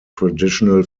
traditional